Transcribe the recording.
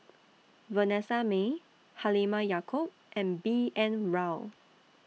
Vanessa Mae Halimah Yacob and B N Rao